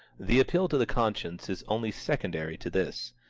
the appeal to the conscience is only secondary to this.